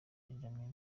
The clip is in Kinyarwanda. benjamin